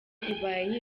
ibaye